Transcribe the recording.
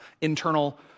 internal